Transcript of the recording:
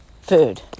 food